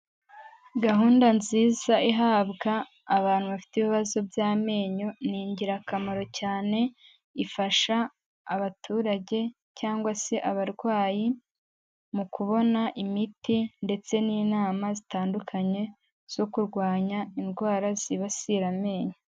Gahunda nziza ihabwa abantu bafite ibibazo by'amenyo ni ingirakamaro, cyane ifasha abaturage cyangwa se abarwayi mu kubona imiti ndetse n'inama zitandukanye zo kurwanya indwara zibasira amenyo.